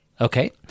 Okay